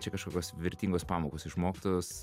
čia kažkokios vertingos pamokos išmoktos